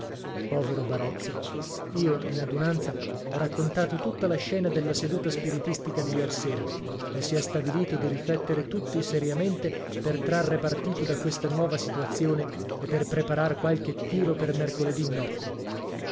povero barozzo io in adunanza ho raccontato tutta la scena della seduta spiritistica di iersera e si è stabilito di riflettere tutti seriamente per trarre partito da questa nuova situazione e per preparar qualche tiro per mercoledì notte